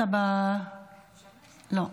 לא.